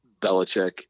Belichick